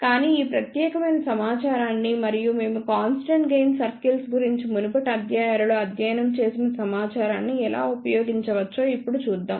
కాబట్టి ఈ ప్రత్యేకమైన సమాచారాన్ని మరియు మేము కాన్స్టెంట్ గెయిన్ సర్కిల్స్ గురించి మునుపటి అధ్యాయాలలో అధ్యయనం చేసిన సమాచారాన్ని ఎలా ఉపయోగించవచ్చో ఇప్పుడు చూద్దాం